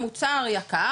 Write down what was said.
המוצר יקר,